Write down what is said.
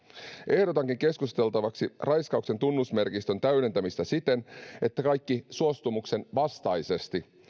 ehdotankin keskusteltavaksi raiskauksen tunnusmerkistön täydentämisen siten että kaikki suostumuksen vastaisesti